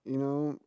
you know